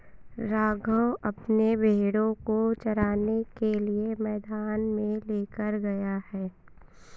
राघव अपने भेड़ों को चराने के लिए मैदान में लेकर गया है